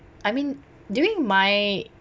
I mean during my